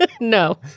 No